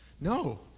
No